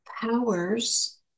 powers